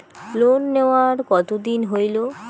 Loan নেওয়ার কতদিন হইল?